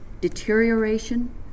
deterioration